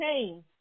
change